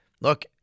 look